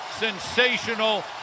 sensational